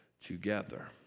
together